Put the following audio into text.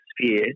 sphere